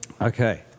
Okay